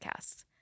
Podcasts